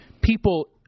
people